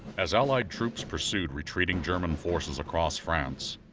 as allied troops pursued retreating german forces across france,